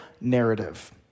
narrative